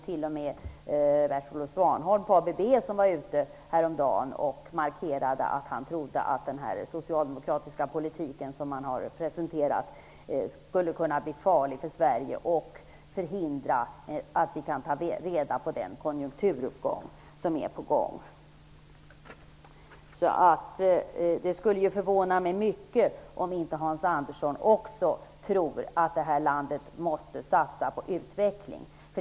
T.o.m. Bert-Olof Svanholm från ABB markerade häromdagen att han trodde att den socialdemokratiska politiken skulle kunna bli farlig för Sverige och förhindra att man tillvaratar den konjunkturuppgång som är på gång. Det skulle förvåna mig mycket om inte också Hans Andersson tror att det här landet måste satsa på utveckling.